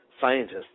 scientists